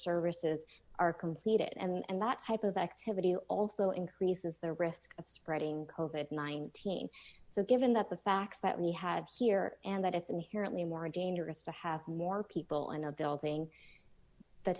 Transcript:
services are completed and that type of activity also increases the risk of spreading coals if nineteen so given that the facts that we had here and that it's inherently more dangerous to have more people in a building that